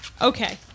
Okay